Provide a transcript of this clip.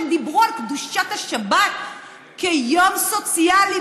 שדיברו על קדושת השבת כיום סוציאלי,